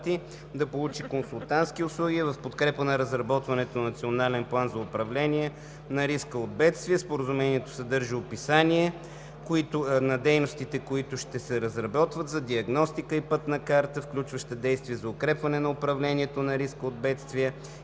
да получи консултантски услуги в подкрепа на разработването на Национален план за управление на риска от бедствия.